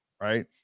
Right